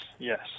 Yes